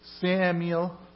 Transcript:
Samuel